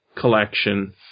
collection